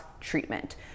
treatment